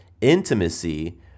intimacy